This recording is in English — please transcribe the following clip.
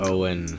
Owen